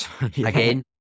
Again